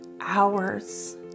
hours